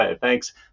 Thanks